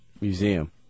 museum